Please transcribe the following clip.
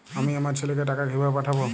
আমি আমার ছেলেকে টাকা কিভাবে পাঠাব?